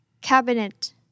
Cabinet